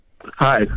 hi